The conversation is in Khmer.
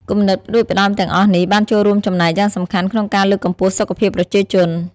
គំនិតផ្តួចផ្តើមទាំងអស់នេះបានចូលរួមចំណែកយ៉ាងសំខាន់ក្នុងការលើកកម្ពស់សុខភាពប្រជាជន។